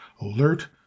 alert